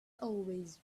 always